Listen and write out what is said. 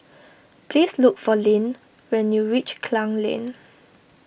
please look for Leeann when you reach Klang Lane